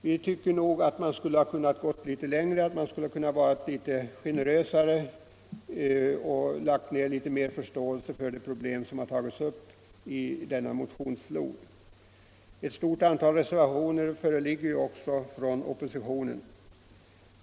Vi tycker att man skulle ha kunnat gå litet längre i generositet och i förståelse för de problem som har tagits upp i denna motionsflod. Ett stort antal reservationer föreligger ju också från oppositionen.